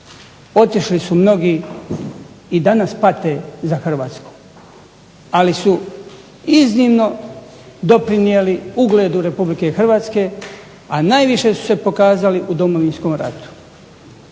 Otišli su mnogi i dana pate za Hrvatskom, ali su iznimno doprinijeli ugledu RH, a najviše su se pokazali u Domovinskom ratu.